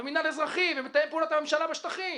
מינהל אזרחי ומתאם פעולות הממשלה בשטחים